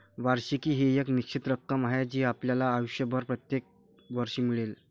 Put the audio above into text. वार्षिकी ही एक निश्चित रक्कम आहे जी आपल्याला आयुष्यभर प्रत्येक वर्षी मिळेल